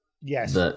Yes